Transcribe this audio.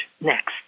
next